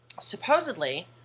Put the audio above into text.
Supposedly